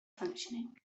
functioning